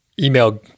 email